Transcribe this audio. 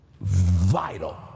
vital